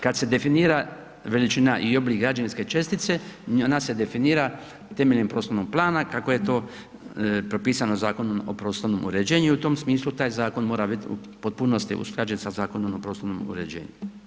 Kad se definira veličina i oblik građevinske čestice ona se definira temeljem prostornog plana kako je to propisano Zakonom o prostornom uređenju i u tom smislu taj zakon mora biti u potpunosti usklađen sa Zakonom o prostornom uređenju.